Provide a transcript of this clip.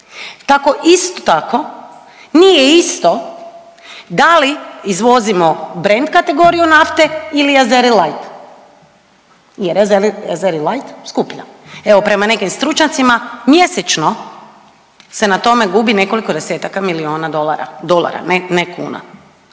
Tako isto tako nije isto da li izvozimo brand kategoriju nafte ili azeri light jer je azeri light skuplja. Evo, prema nekim stručnjacima, mjesečno se na tome gubi nekoliko desetaka milijuna dolara, dolara,